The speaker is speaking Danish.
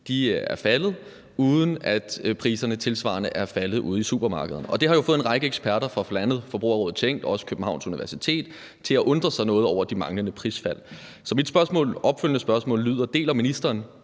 er faldet, uden at priserne tilsvarende er faldet ude i supermarkederne. Det har jo fået en række eksperter fra bl.a. Forbrugerrådet Tænk og Københavns Universitet til at undre sig noget over de manglende prisfald. Så mit opfølgende spørgsmål lyder: Deler ministeren